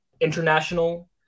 International –